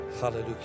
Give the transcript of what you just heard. Hallelujah